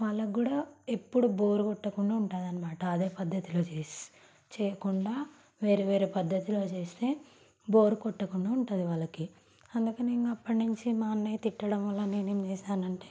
వాళ్ళకు కూడా ఎప్పుడూ బోర్ కొట్టకుండా ఉంటుందన్నమాట అదే పద్ధతిలో చేస్తే చేయకుండా వేరే వేరే పద్ధతిలో చేస్తే బోర్ కొట్టకుండా ఉంటుంది వాళ్ళకి అందుకని ఇంకా అప్పటి నుంచి మా అన్నయ్య తిట్టడం వల్ల నేను ఏం చేసానంటే